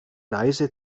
reise